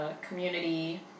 community